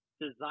design